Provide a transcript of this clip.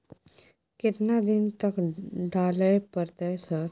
केतना दिन तक डालय परतै सर?